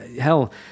hell